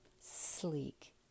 sleek